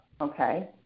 okay